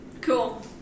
Cool